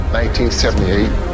1978